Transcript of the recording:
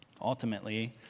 Ultimately